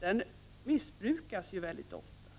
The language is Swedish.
har missbrukas väldigt ofta.